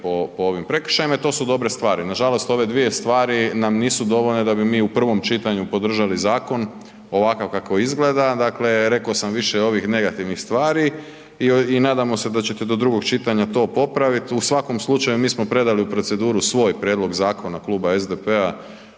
po ovim prekršajima i t su dobre stvar. Nažalost ove dvije stvari nam nisu dovoljne da bi mi u prvom čitanju podržali zakon ovako kako izgleda, dakle, rekao sam više ovih negativnih stvari i nadamo se da ćete do drugog čitanja to popraviti. U svakom slučaju, mi smo predali u proceduru svoj prijedlog zakona Kluba SDP-a